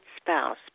Spouse